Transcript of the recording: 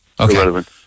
Okay